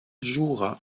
jouera